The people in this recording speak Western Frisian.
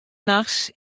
nachts